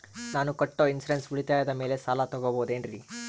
ನಾನು ಕಟ್ಟೊ ಇನ್ಸೂರೆನ್ಸ್ ಉಳಿತಾಯದ ಮೇಲೆ ಸಾಲ ತಗೋಬಹುದೇನ್ರಿ?